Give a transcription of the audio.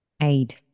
aid